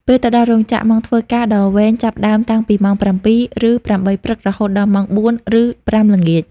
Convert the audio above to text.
ពេលទៅដល់រោងចក្រ ម៉ោងធ្វើការដ៏វែងចាប់ផ្ដើមតាំងពីម៉ោង ៧ ឬ ៨ ព្រឹក រហូតដល់ម៉ោង ៤ ឬ ៥ ល្ងាច។